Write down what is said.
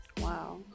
Wow